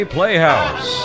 Playhouse